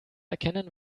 erkennen